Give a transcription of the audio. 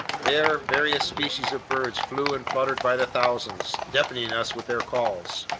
there various species of birds flew and fluttered by the thousands, deafening us with their calls.